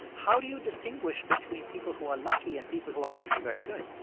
how do you distinguish between people who are lucky and people who are actually very good?